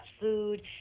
food